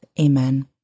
Amen